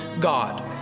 God